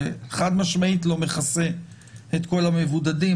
זה חד-משמעית לא מכסה את כל המבודדים.